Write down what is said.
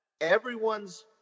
everyone's